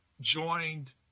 joined